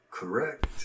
Correct